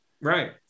Right